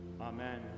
Amen